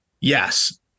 Yes